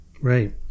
Right